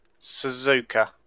Suzuka